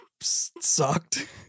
sucked